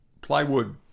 plywood